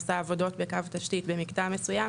עושה עבודות בקו תשתית במקטע מסוים,